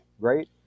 Great